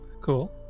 Cool